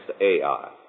Ai